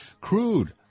Crude